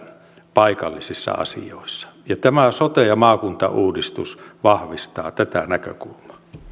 paikallisissa asioissa ja tämä sote ja maakuntauudistus vahvistaa tätä näkökulmaa